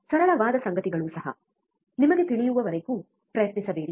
ಸರಳವಾದ ಸಂಗತಿಗಳೂ ಸಹ ನಿಮಗೆ ತಿಳಿಯುವವರೆಗೂ ಪ್ರಯತ್ನಿಸಬೇಡಿ